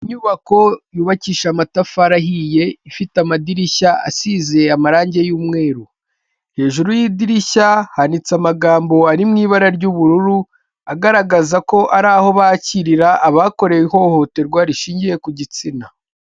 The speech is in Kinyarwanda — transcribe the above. Inyubako yubakisha amatafari ahiye ifite amadirishya asize amarangi y'umweru, hejuru y'idirishya handitse amagambo ari mu ibara ry'ubururu, agaragaza ko ari aho bakirira abakorewe ihohoterwa rishingiye ku gitsina.